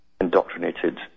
indoctrinated